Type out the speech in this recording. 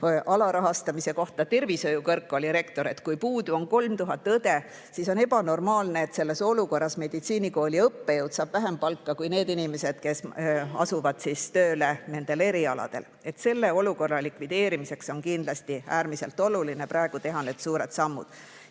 alarahastamise kohta tervishoiu kõrgkooli rektor, et kui puudu on 3000 õde, siis on ebanormaalne, et selles olukorras meditsiinikooli õppejõud saab vähem palka kui need inimesed, kes asuvad nendel erialadel tööle. Selle olukorra likvideerimiseks on kindlasti äärmiselt oluline praegu need suured sammud